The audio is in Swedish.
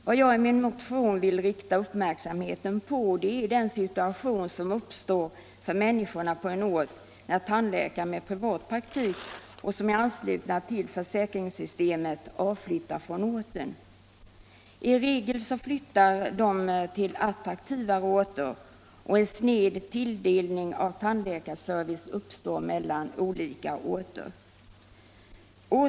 Vad jag i min motion vill rikta uppmärksamheten på är den situation som uppstår för människorna på en ort när tandläkare med privatpraktik, som är anslutna till försäkringssystemet, avflyttar från orten. I regel flyttar de till attraktivare orter, och en snedbalans uppstår alltså mellan olika orter när det gäller tilldelningen av tandläkarservice.